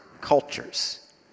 cultures